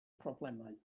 problemau